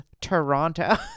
toronto